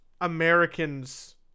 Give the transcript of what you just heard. Americans